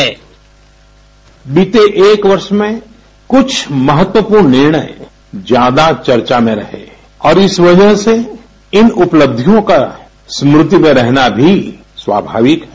bite बीते एक वर्ष में कुछ महत्वपूर्ण निर्णय ज्यादा चर्चा में रहे और इस वजह से इन उपलब्धियों का स्मृति में रहना भी बहुत स्वामाविक है